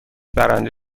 برنده